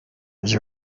was